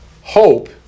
Hope